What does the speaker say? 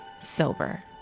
Sober